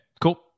cool